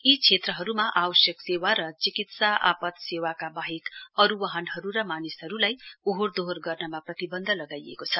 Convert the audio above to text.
यी क्षेत्रहरूमा आवश्यक सेवा र चिकित्सा आपात सेवाका बाहेक अरू बाहनहरू र मानिसहरूलाई ओहोरदोहोर गर्नमा प्रतिवन्द लगाइएको छ